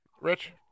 Rich